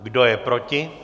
Kdo je proti?